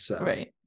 Right